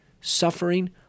suffering